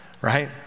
right